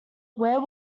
where